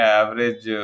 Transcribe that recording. average